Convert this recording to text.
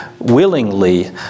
Willingly